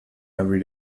every